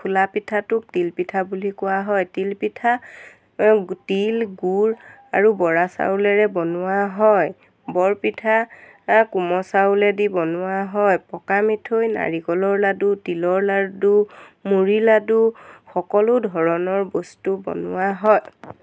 খোলা পিঠাটোক তিলপিঠা বুলি কোৱা হয় তিলপিঠা তিল গুৰ আৰু বৰা চাউলেৰে বনোৱা হয় বৰপিঠা কোমল চাউলেদি বনোৱা হয় পকা মিঠৈ নাৰিকলৰ লাডু তিলৰ লাডু মুড়ি লাডু সকলো ধৰণৰ বস্তু বনোৱা হয়